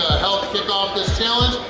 help kick off this challenge!